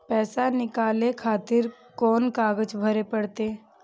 पैसा नीकाले खातिर कोन कागज भरे परतें?